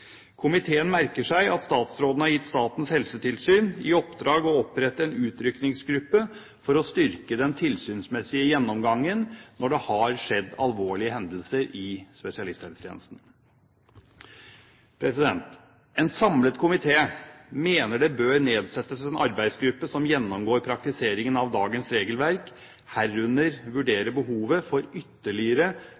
Komiteen merker seg at statsråden har gitt Statens Helsetilsyn i oppdrag å opprette en utrykningsgruppe for å styrke den tilsynsmessige gjennomgangen når det har skjedd alvorlige hendelser i spesialisthelsetjenesten. En samlet komité mener det bør nedsettes en arbeidsgruppe som gjennomgår praktiseringen av dagens regelverk, herunder